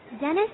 Dennis